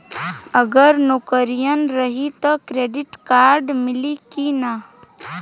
अगर नौकरीन रही त क्रेडिट कार्ड मिली कि ना?